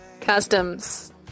customs